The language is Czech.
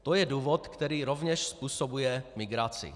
To je důvod, který rovněž způsobuje migraci.